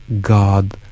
God